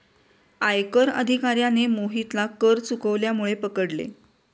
आयकर अधिकाऱ्याने मोहितला कर चुकवल्यामुळे पकडले